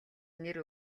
нэр